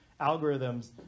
algorithms